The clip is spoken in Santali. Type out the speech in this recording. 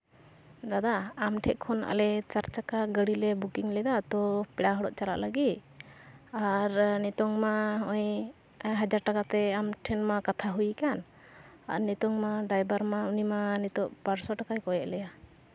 ᱫᱟᱫᱟ ᱟᱢ ᱴᱷᱮᱱ ᱠᱷᱚᱱ ᱟᱞᱮ ᱪᱟᱨ ᱪᱟᱠᱟ ᱜᱟᱹᱲᱤᱞᱮ ᱵᱩᱠᱤᱝ ᱞᱮᱫᱟ ᱛᱳ ᱯᱮᱲᱟ ᱦᱚᱲᱚᱜ ᱪᱟᱞᱟᱜ ᱞᱟᱹᱜᱤᱫ ᱟᱨ ᱱᱤᱛᱚᱝ ᱢᱟ ᱱᱚᱜᱼᱚᱭ ᱦᱟᱡᱟᱨ ᱴᱟᱠᱟᱛᱮ ᱟᱢ ᱴᱷᱮᱱ ᱢᱟ ᱠᱟᱛᱷᱟ ᱦᱩᱭ ᱟᱠᱟᱱ ᱟᱨ ᱱᱤᱛᱚᱝ ᱢᱟ ᱰᱨᱟᱭᱵᱷᱟᱨ ᱢᱟ ᱩᱱᱤ ᱢᱟ ᱱᱤᱛᱚᱜ ᱵᱟᱨᱚᱥᱚ ᱴᱟᱠᱟᱭ ᱠᱚᱭᱮᱫ ᱞᱮᱭᱟ